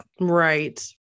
Right